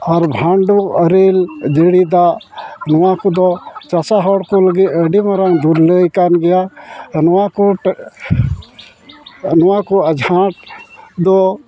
ᱟᱨ ᱵᱷᱟᱱᱰᱚ ᱟᱨᱮᱞ ᱡᱟᱲᱤ ᱫᱟᱜ ᱱᱚᱣᱟ ᱠᱚᱫᱚ ᱪᱟᱥᱟ ᱦᱚᱲ ᱠᱚ ᱞᱟᱹᱜᱤᱫ ᱟᱹᱰᱤ ᱢᱟᱨᱟᱝ ᱫᱩᱨᱞᱟᱹᱭ ᱠᱟᱱ ᱜᱮᱭᱟ ᱱᱚᱣᱟ ᱠᱚ ᱴᱮ ᱱᱚᱣᱟ ᱠᱚ ᱟᱸᱡᱷᱟᱴ ᱫᱚ